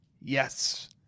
Yes